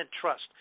trust